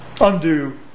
undo